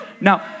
Now